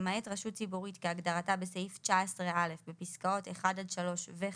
למעט רשות ציבורית כהגדרתה בסעיף 19א בפסקאות (1) עד (3) ו-(5),